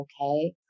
okay